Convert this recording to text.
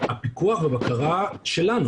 הפיקוח והבקרה שלנו,